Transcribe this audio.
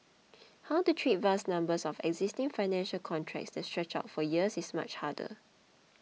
how to treat vast numbers of existing financial contracts that stretch out for years is much harder